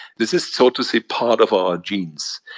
this is totally part of our genes.